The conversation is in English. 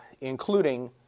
including